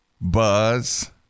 buzz